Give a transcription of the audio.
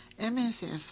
MSF